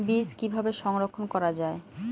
বীজ কিভাবে সংরক্ষণ করা যায়?